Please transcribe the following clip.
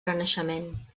renaixement